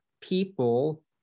people